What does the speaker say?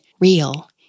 real